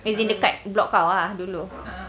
as in dekat blok kau ah dulu